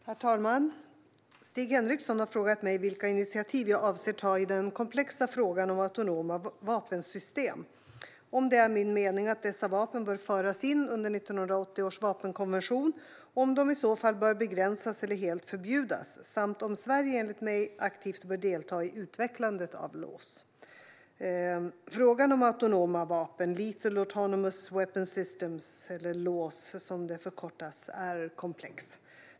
Herr talman! Stig Henriksson har frågat mig vilka initiativ jag avser att ta i den komplexa frågan om autonoma vapensystem, om det är min mening att dessa vapen bör föras in under 1980 års vapenkonvention och om de i så fall bör begränsas eller helt förbjudas, samt om Sverige enligt mig aktivt bör delta i utvecklandet av LAWS. Frågan om autonoma vapen - lethal autonomous weapon systems eller LAWS, som det förkortas - är komplex.